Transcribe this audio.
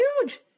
huge